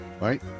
right